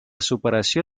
superació